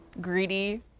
greedy